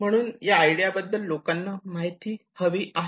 म्हणून या आयडिया बद्दल लोकांना माहिती हवी आहे